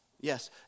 Yes